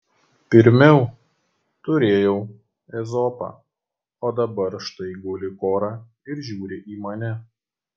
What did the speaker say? pirmiau turėjau ezopą o dabar štai guli kora ir žiūri į mane